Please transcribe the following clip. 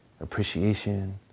appreciation